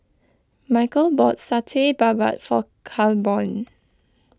Michal bought Satay Babat for Claiborne